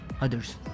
others